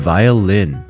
Violin